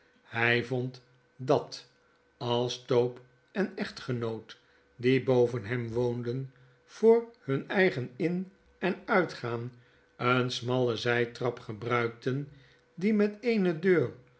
hij vond dat als tope en echtgenoot die boven hem woonden voor hun eigen in en uitgaan een smalle zijtrap gebruikten die met eene deur